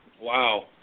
Wow